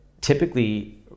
typically